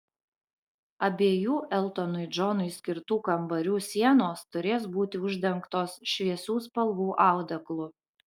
abiejų eltonui džonui skirtų kambarių sienos turės būti uždengtos šviesių spalvų audeklu